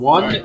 One